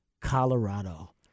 Colorado